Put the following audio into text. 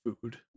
food